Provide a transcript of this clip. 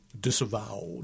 disavowed